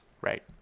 Right